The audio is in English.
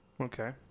Okay